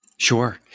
Sure